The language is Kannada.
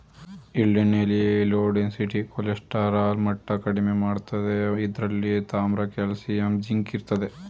ಎಳ್ಳೆಣ್ಣೆಲಿ ಲೋ ಡೆನ್ಸಿಟಿ ಕೊಲೆಸ್ಟರಾಲ್ ಮಟ್ಟ ಕಡಿಮೆ ಮಾಡ್ತದೆ ಇದ್ರಲ್ಲಿ ತಾಮ್ರ ಕಾಲ್ಸಿಯಂ ಜಿಂಕ್ ಇರ್ತದೆ